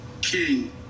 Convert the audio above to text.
King